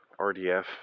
RDF